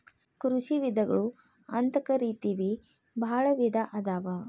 ಕೃಷಿ ವಿಧಗಳು ಅಂತಕರಿತೆವಿ ಬಾಳ ವಿಧಾ ಅದಾವ